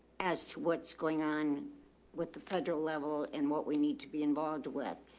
as to what's going on with the federal level and what we need to be involved with.